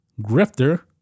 grifter